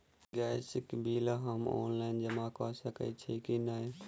Gas केँ bill हम online जमा कऽ सकैत छी की नै?